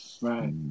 right